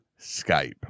Skype